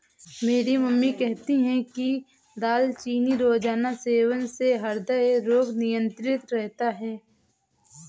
मेरी मम्मी कहती है कि दालचीनी रोजाना सेवन से हृदय रोग नियंत्रित रहता है